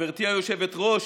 גברתי היושבת-ראש,